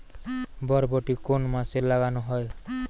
বরবটি কোন মাসে লাগানো হয়?